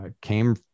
came